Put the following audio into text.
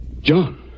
John